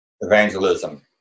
evangelism